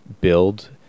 build